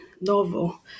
novel